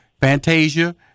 Fantasia